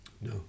No